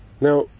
Now